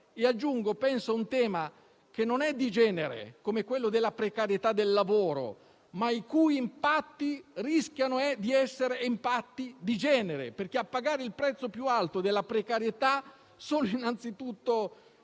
aggiungo - ad un tema che non è di genere, come quello della precarietà del lavoro, ma il cui impatto rischia di essere un impatto di genere, perché a pagare il prezzo più alto della precarietà sono innanzitutto